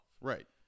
Right